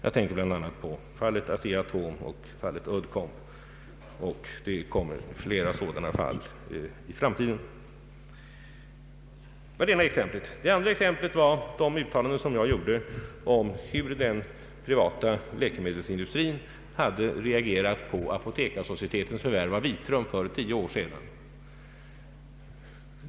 Jag tänker bl.a. på fallet ASEA Atom och fallet Uddcomb, och det kommer flera sådana fall i framtiden. Detta var det ena exemplet. Det andra exemplet var de uttalanden jag gjorde om hur den privata läkemedelsindustrin hade reagerat på Apotekarsocietetens förvärvande av Vitrum för tio år sedan.